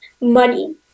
money